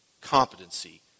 Competency